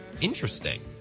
Interesting